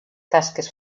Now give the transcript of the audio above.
tasques